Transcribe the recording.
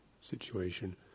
situation